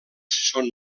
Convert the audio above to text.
són